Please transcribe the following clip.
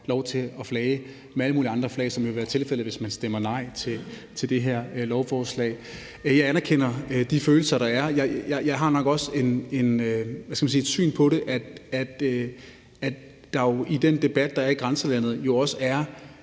lov til at flage med alle mulige andre flag, som det vil være tilfældet, hvis man stemmer nej til det her lovforslag. Jeg anerkender de følelser, der er. Jeg har nok også det syn på det, at der jo i den debat, der er i grænselandet, også er